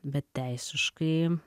bet teisiškai